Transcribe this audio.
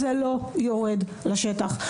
זה לא יורד לשטח.